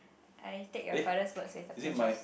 I take your father's words with a pinch of s~